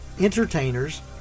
entertainers